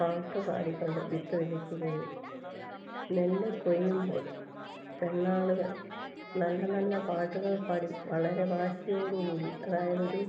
പാട്ട് പാടിക്കൊണ്ട് വിത്ത് വിതയ്ക്കുകയും നെല്ല് കൊയ്യുമ്പോൾ പെണ്ണാളുകൾ നല്ല നല്ല പാട്ടുകൾ പാടി വളരെ വാശിയോ ടുകൂടി അതായതൊരു